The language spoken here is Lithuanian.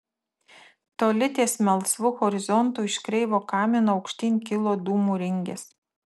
toli ties melsvu horizontu iš kreivo kamino aukštyn kilo dūmų ringės